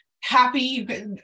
happy